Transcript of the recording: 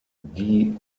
die